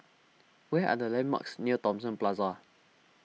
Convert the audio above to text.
what are the landmarks near Thomson Plaza